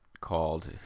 called